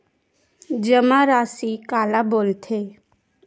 जमा राशि काला बोलथे?